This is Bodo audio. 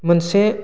मोनसे